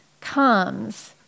comes